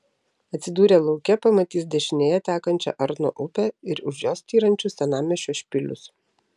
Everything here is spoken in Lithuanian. atsidūrę lauke pamatys dešinėje tekančią arno upę ir už jos styrančius senamiesčio špilius